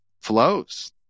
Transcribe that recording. flows